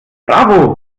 bravo